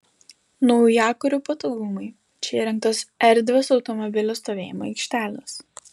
naujakurių patogumui čia įrengtos erdvios automobilių stovėjimo aikštelės